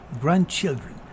grandchildren